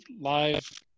live